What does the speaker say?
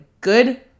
good